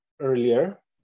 earlier